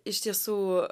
iš tiesų